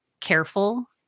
careful